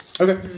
Okay